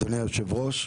אדוני היושב ראש,